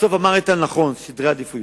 בסוף אמר איתן נכון: סדרי עדיפויות.